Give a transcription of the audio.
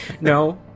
No